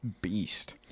beast